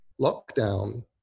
lockdown